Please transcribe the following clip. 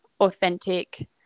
authentic